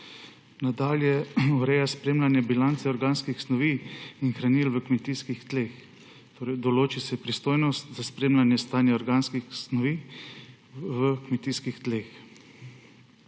Nadalje. Ureja spremljanje bilance organskih snovi in hranil v kmetijskih tleh, torej določi se pristojnost za spremljanje stanja organskih snovi v kmetijskih tleh.